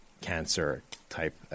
cancer-type